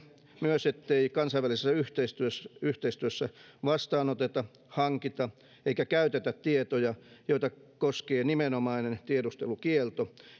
myös ettei kansainvälisessä yhteistyössä yhteistyössä vastaanoteta hankita eikä käytetä tietoja joita koskee nimenomainen tiedustelukielto